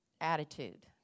attitude